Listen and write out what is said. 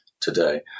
today